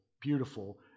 beautiful